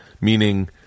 meaning